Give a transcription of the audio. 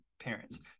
parents